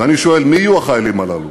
ואני שואל: מי יהיו החיילים הללו?